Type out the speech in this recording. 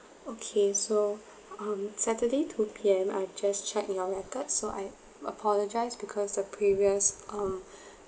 okay so um saturday two P_M I just check your record so I apologise because the previous um